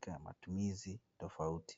kwa matumizi tofauti